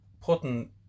putting